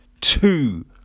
two